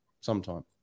sometime